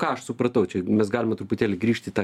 ką aš supratau čiames galima truputėlį grįžt į tą